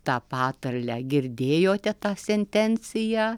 tą patarlę girdėjote tą sentenciją